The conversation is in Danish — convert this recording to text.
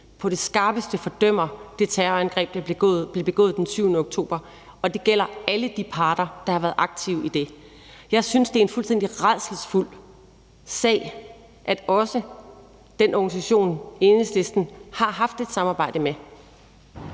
på det skarpeste fordømmer det terrorangreb, der blev begået den 7. oktober, og det gælder alle de parter, der har været aktiv i det. Jeg synes, det er en fuldstændig rædselsfuld sag, at også den organisation, Enhedslisten har haft et samarbejde med,